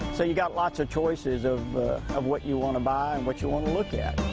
so you've got lots of choices of of what you want to buy and what you want to look at.